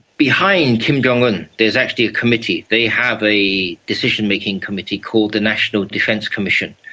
behind kim jong-un is actually a committee. they have a decision-making committee called the national defence commission.